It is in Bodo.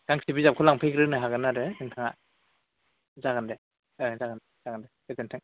गांसे बिजाबखौ लांफैग्रोनो हागोन आरो नोंथाङा जागोन दे जागोन दे गोजोनथों